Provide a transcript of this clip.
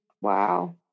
Wow